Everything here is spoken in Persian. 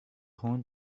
خون